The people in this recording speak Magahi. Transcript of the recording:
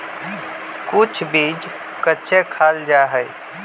कुछ बीज कच्चे खाल जा हई